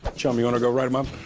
chum, you want to go write him up?